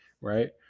right